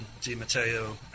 DiMatteo